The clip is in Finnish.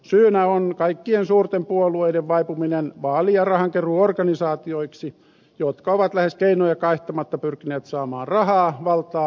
syynä on kaikkien suurten puolueiden vaipuminen vaali ja rahankeruuorganisaatioiksi jotka ovat lähes keinoja kaihtamatta pyrkineet saamaan rahaa valtaa ja asemia